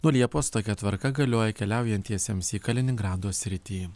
nuo liepos tokia tvarka galioja keliaujantiesiems į kaliningrado sritį